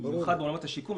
במיוחד בעולמות השיכון,